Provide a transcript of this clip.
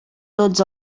tots